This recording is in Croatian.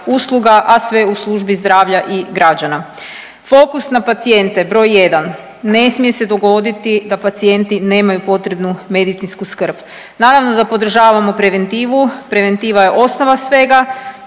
a sve u službi zdravlja i građana. Fokus na pacijente broj jedan ne smije se dogoditi da pacijenti nemaju potrebnu medicinsku skrb. Naravno da podržavamo preventivu. Preventiva je osnova svega